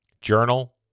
Journal